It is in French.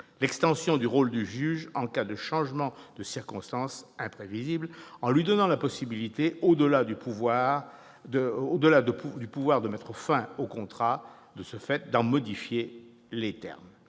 l'extension du rôle du juge en cas de « changement de circonstances imprévisible » avec la possibilité qui lui est donnée, au-delà du pouvoir de mettre fin à contrat de ce fait, d'en modifier les termes.